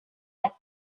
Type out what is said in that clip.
had